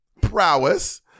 Prowess